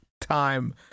time